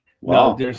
Wow